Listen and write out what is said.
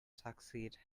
succeed